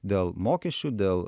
dėl mokesčių dėl